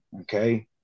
okay